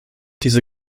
diese